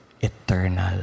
eternal